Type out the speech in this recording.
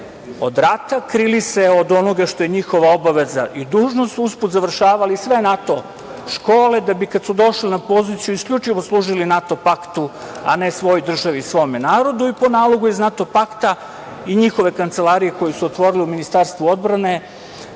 od rata, krili se od onoga što je njihova obaveza i dužnost, usput završavali sve NATO škole, da bi kada su došli na poziciju isključivo služili NATO paktu, a ne svojoj državi i svome narodu i po nalogu iz NATO pakta i njihove kancelarije koju su otvorili u Ministarstvu odbrane,